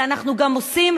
אלא אנחנו גם עושים,